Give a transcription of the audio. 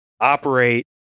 Operate